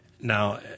Now